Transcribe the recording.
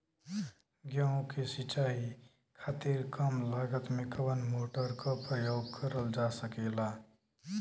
गेहूँ के सिचाई खातीर कम लागत मे कवन मोटर के प्रयोग करल जा सकेला?